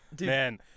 man